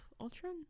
Ultron